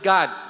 God